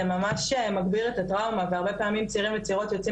זה ממש מגביר את הטראומה והרבה פעמים צעירים וצעירות יוצאים